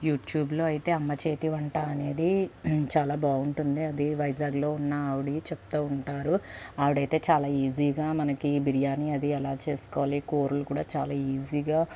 యూట్యూబ్లో అయితే అమ్మ చేతి వంట అనేది చాలా బాగుంటుంది అది వైజాగ్లో ఉన్న అవిడ చెప్తా ఉంటారు ఆవిడైతే చాలా ఈజీగా మనకి బిర్యానీ అది ఎలా చేసుకోవాలి కూరలు కూడా చాలా ఈజీగా